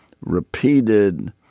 repeated